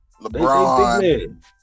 LeBron